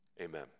amen